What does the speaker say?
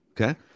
Okay